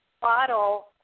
bottle